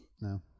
No